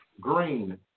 Green